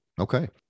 Okay